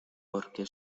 porque